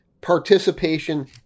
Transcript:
participation